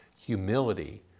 humility